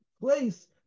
place